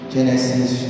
Genesis